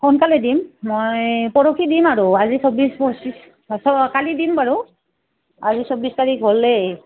সোনকালে দিম মই পৰশি দিম আৰু আজি চৌবিছ পঁচিছ কালি দিম বাৰু আজি চৌবিছ তাৰিখ হ'লেই